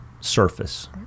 surface